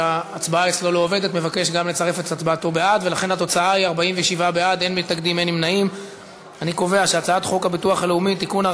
ההצעה להעביר את הצעת חוק הביטוח הלאומי (תיקון,